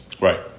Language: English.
Right